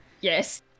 Yes